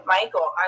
Michael